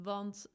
Want